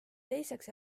teiseks